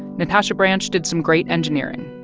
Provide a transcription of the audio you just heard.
natasha branch did some great engineering.